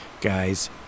Guys